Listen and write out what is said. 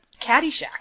Caddyshack